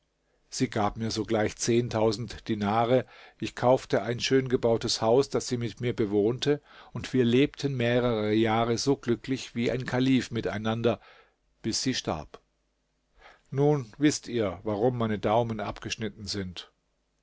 sie gab mir sogleich dinare ich kaufte ein schöngebautes haus das sie mit mir bewohnte und wir lebten mehrere jahre so glücklich wie ein kalif miteinander bis sie starb nun wißt ihr warum meine daumen abgeschnitten sind